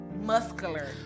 Muscular